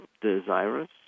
desirous